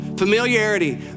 Familiarity